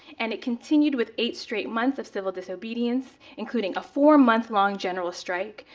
and it continued with eight straight months of civil disobedience, including a four month long general strike.